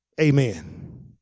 Amen